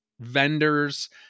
vendors